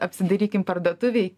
apsidairykim parduotuvėj